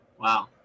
Wow